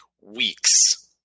weeks